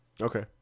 Okay